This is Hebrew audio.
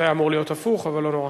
זה היה אמור להיות הפוך, אבל לא נורא.